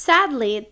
Sadly